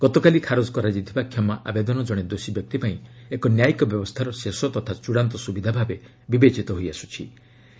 ଗତକାଲି ଖାରଜ କରାଯାଇଥିବା କ୍ଷମା ଆବେଦନ ଜଣେ ଦୋଷୀ ବ୍ୟକ୍ତିପାଇଁ ଏକ ନ୍ୟାୟିକ ବ୍ୟବସ୍ଥାର ଶେଷ ତଥା ଚୂଡ଼ାନ୍ତ ସୁବିଧା ଭାବେ ବିବେଚିତ ହୋଇଆସ୍କ୍ଥି